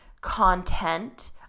content